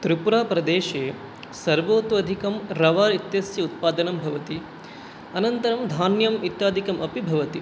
त्रिपुराप्रदेशे सर्वतः अधिकं रव इत्यस्य उत्पादनं भवति अनन्तरं धान्यम् इत्यादिकम् अपि भवति